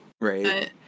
Right